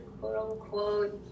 quote-unquote